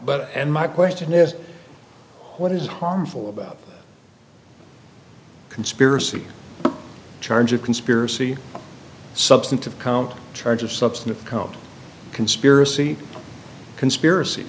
but and my question is what is harmful about a conspiracy charge of conspiracy substantive count charge of substance called conspiracy conspiracy